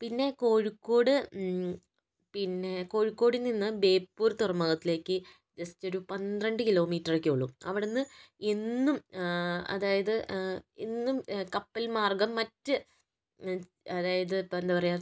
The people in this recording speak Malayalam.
പിന്നെ കോഴിക്കോട് പിന്നെ കോഴിക്കോട് നിന്ന് ബേപ്പൂർ തുറമുഖത്തിലേക്ക് ജസ്റ്റ് ഒരു പന്ത്രണ്ട് കിലോമീറ്ററൊക്കെയുള്ളൂ അവിടുന്ന് ഇന്നും അതായത് ഇന്നും കപ്പൽ മാർഗം മറ്റ് അതായത് ഇപ്പം എന്താ പറയുക